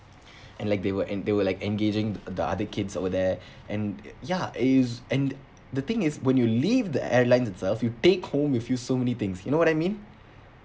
and like they were and they were like engaging the other kids over there and ya is and the thing is when you leave the airline itself you take home with you so many things you know what I mean